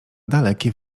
dalekie